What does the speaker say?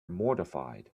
mortified